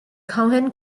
cohen